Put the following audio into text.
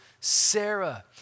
Sarah